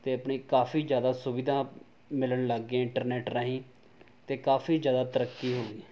ਅਤੇ ਆਪਣੀ ਕਾਫੀ ਜ਼ਿਆਦਾ ਸੁਵਿਧਾ ਮਿਲਣ ਲੱਗ ਗਈ ਇੰਟਰਨੈੱਟ ਰਾਹੀਂ ਅਤੇ ਕਾਫੀ ਜ਼ਿਆਦਾ ਤਰੱਕੀ ਹੋ ਗਈ